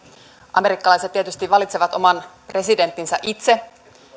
amerikkalaiset tietysti valitsevat oman presidenttinsä itse